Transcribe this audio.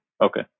Okay